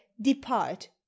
depart